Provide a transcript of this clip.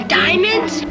diamonds